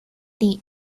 lee